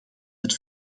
het